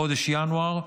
בחודש ינואר,